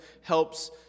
helps